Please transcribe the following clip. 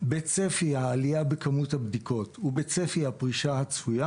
בצפי העלייה בכמות הבדיקות ובצפי הפרישה הצפויה,